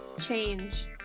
change